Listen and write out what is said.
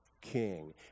king